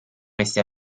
questi